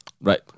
Right